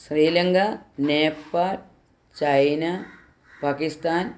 Sri Lanka Nepal China Pakistan